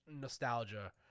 nostalgia